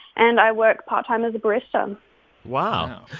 and i work part-time as a barista wow,